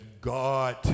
God